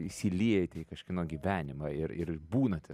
įsiliejate į kažkieno gyvenimą ir ir būnate